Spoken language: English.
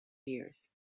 years